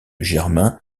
germain